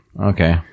Okay